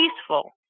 peaceful